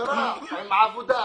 משטרה עם עבודה,